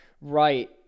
Right